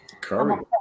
Curry